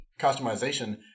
customization